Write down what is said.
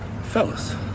Fellas